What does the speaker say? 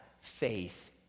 faith